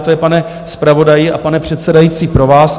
To je, pane zpravodaji a pane předsedající, pro vás.